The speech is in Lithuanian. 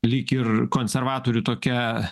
lyg ir konservatorių tokia